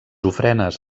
ofrenes